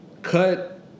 Cut